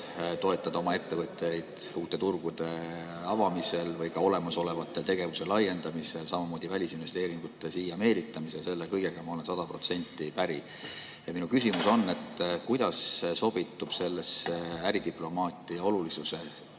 toetada oma ettevõtteid uute turgude avanemisel või olemasolevatel tegevuse laiendamisel, samamoodi välisinvesteeringute siia meelitamisel. Selle kõigega ma olen sada protsenti päri. Minu küsimus on: kuidas sobitub sellesse äridiplomaatia olulisuse